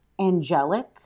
angelic